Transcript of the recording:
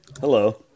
Hello